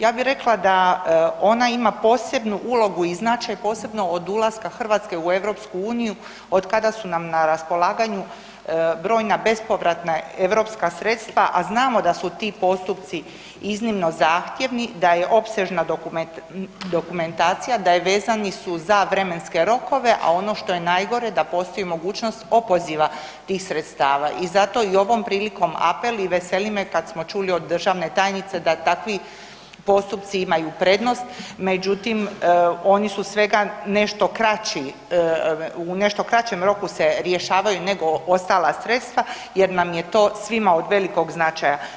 Ja bi rekla da ona ima posebnu ulogu i značaj, posebno od ulaska Hrvatske u EU, od kada su nam na raspolaganju brojna bespovratna europska sredstva, a znamo da su ti postupci iznimno zahtjevni, da je opsežna dokumentacija, da je vezani su za vremenske rokove, a ono što je najgore, da postoji mogućnost opoziva tih sredstava i zato i ovom prilikom apel i veseli me kad smo čuli od državne tajnice da takvi postupci imaju prednost, međutim, oni su svega nešto kraći, u nešto kraćem roku se rješavaju nego ostala sredstva jer nam je to svima od velikog značaja.